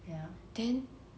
then